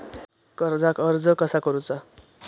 कर्जाक अर्ज कसा करुचा?